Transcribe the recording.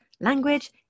Language